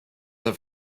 auf